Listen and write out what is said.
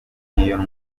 n’iyo